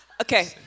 Okay